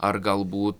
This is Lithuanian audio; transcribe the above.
ar galbūt